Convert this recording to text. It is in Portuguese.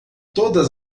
todas